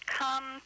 come